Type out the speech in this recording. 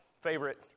favorite